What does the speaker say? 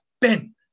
Ben